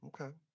Okay